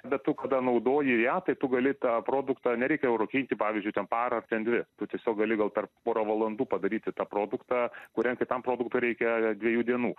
bet tu kada naudoji ją tai tu gali tą produktą nereikia jau rūkinti pavyzdžiui ten parą ar ten dvi tu tiesiog gali gal per porą valandų padaryti tą produktą kuriam kitam produktui reikia dviejų dienų